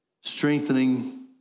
strengthening